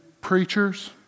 preachers